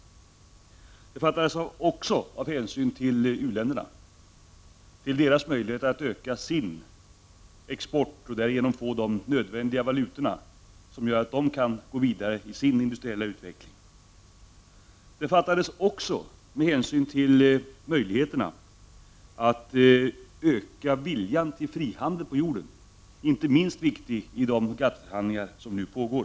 Beslutet fattades också av hänsyn till u-länderna och deras möjligheter att öka sin export och därigenom få den nödvändiga valutan för att komma vidare i sin industriella utveckling. Beslutet fattades dessutom med hänsyn till möjligheterna att öka viljan till frihandel. Den viljan är inte minst viktig i de GATT-förhandlingar som nu pågår.